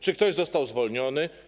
Czy ktoś został zwolniony?